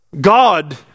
God